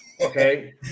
Okay